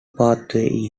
pathway